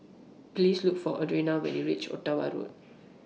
Please Look For Audriana when YOU REACH Ottawa Road